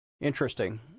Interesting